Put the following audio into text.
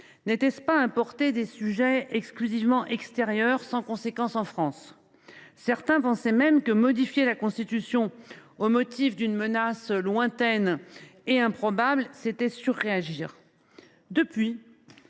nous pas des sujets exclusivement extérieurs et sans conséquence en France ? Certains pensaient même que modifier la Constitution en raison d’une menace lointaine et improbable, c’était surréagir. Depuis,